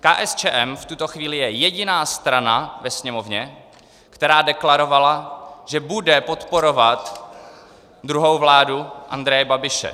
KSČM v tuto chvíli je jediná strana ve Sněmovně, která deklarovala, že bude podporovat druhou vládu Andreje Babiše.